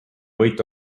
võit